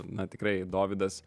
na tikrai dovydas